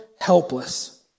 helpless